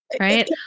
Right